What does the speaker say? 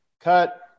cut